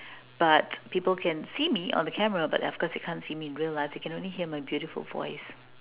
but people can see me on a camera but of course they can't see me in real life they can only hear my beautiful voice